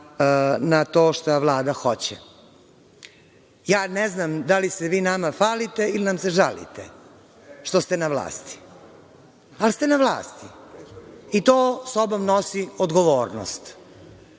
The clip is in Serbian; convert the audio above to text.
na to šta Vlada hoće. Ne znam da li se vi nama falite ili nam se žalite što ste na vlasti, ali ste na vlasti i to sa sobom nosi odgovornost.